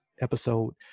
episode